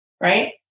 Right